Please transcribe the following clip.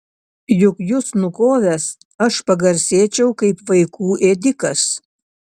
juk jus nukovęs aš pagarsėčiau kaip vaikų ėdikas